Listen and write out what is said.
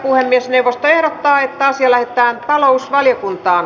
puhemiesneuvosto ehdottaa että asia lähetetään talousvaliokuntaan